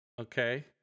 Okay